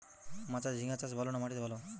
মাচায় ঝিঙ্গা চাষ ভালো না মাটিতে ভালো?